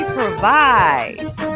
provides